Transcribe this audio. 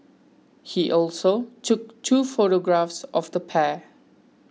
he also took two photographs of the pair